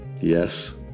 Yes